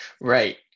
right